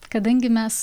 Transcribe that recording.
kadangi mes